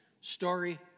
Story